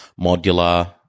modular